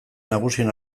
nagusien